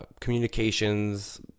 communications